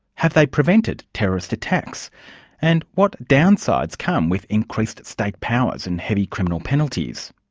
have they prevented terrorist attacks and what downsides come with increased state powers and heavy criminal penalties?